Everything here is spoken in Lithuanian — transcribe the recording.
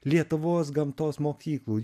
lietuvos gamtos mokyklų